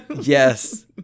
yes